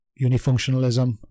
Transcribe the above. unifunctionalism